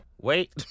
wait